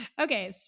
Okay